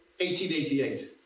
1888